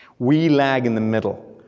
we lag in the middle,